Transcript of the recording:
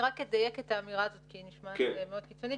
ואני רק אדייק את האמירה הזאת כי היא נשמעת מאוד קיצונית.